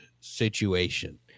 situation